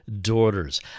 Daughters